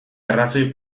arrazoi